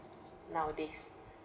nowadays